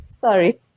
sorry